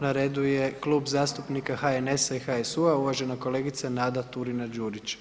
Na redu je Klub zastupnika HNS-a i HSU-a uvažena kolegica Nada Turina-Đurić.